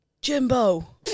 jimbo